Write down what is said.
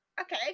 okay